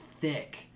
thick